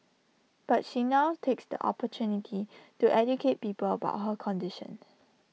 but she now takes the opportunity to educate people about her condition